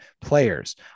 players